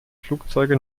flugzeuge